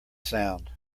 sound